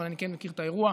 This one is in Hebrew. אני כן מכיר את האירוע,